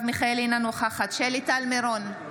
אינה נוכחת שלי טל מירון,